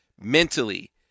mentally